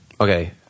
Okay